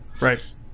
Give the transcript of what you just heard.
Right